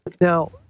Now